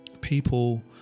People